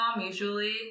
usually